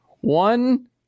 one